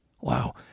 Wow